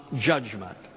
judgment